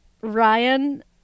Ryan